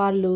వాళ్ళు